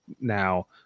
now